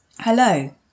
Hello